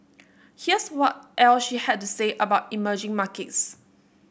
here's what else she had to say about emerging markets